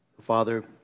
Father